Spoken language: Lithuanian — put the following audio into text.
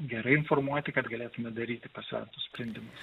gerai informuoti kad galėtume daryti pasvertus sprendimus